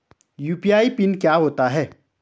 UPI PIN क्या होता है?